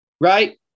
right